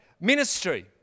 ministry